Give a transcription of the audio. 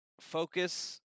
Focus